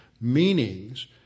meanings